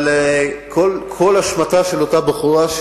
אבל כל אשמתה של אותה בחורה,